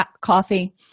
coffee